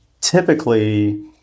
typically